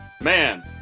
Man